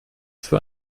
für